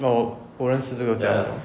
oh 我认识这个他